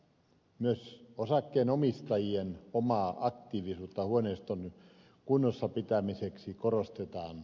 myös osakkeenomistajien omaa aktiivisuutta huoneiston kunnossapitämiseksi korostetaan